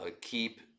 keep